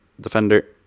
defender